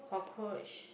cockroach